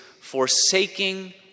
forsaking